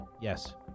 Yes